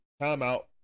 Timeout